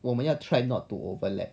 我们要 try not to overlap